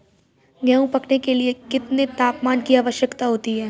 गेहूँ पकने के लिए कितने तापमान की आवश्यकता होती है?